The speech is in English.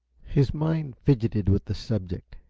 his mind fidgeted with the subject.